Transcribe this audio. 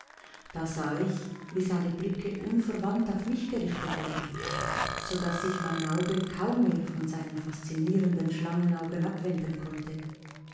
da sah ich wie seine blicke unverwandt auf mich gerichtet waren sodaß sich mein auge kaum mehr von seinen faszinierenden schlangenaugen abwenden konnte